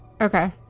okay